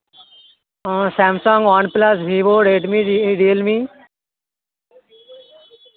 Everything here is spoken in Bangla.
O Samsung OnePlus Vivo Redmi real me